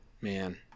man